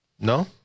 No